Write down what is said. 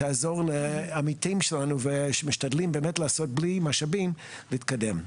תעזור לעמיתים שלנו שמשתדלים באמת בלי משאבים להתקדם.